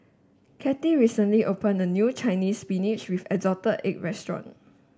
Kathey recently opened a new Chinese Spinach with assorted egg restaurant